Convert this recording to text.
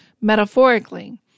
metaphorically